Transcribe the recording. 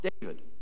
David